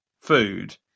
food